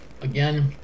again